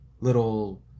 little